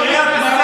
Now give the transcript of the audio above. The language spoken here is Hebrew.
זה מפריע לי,